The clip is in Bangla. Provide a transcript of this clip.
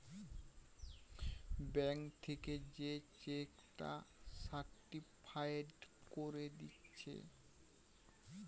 ব্যাংক থিকে যে চেক টা সার্টিফায়েড কোরে দিচ্ছে